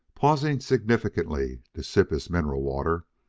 pausing significantly to sip his mineral water,